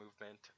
movement